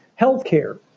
Healthcare